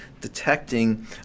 detecting